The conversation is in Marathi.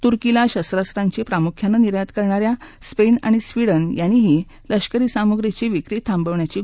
तुर्कीला शस्त्रास्त्रांची प्रामुख्याने निर्यात करणाऱ्या स्पेन आणि स्वीडन यांनीही लष्करी सामुग्रीची विक्री थांबवण्याची घोषणा केली आहे